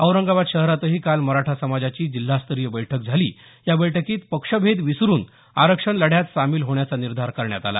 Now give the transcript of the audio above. औरंगाबाद शहरातही काल मराठा समाजाची जिल्हास्तरीय बैठक झाली या बैठकीत पक्षभेद विसरून आरक्षण लढ्यात सामील होण्याचा निर्धार करण्यात आला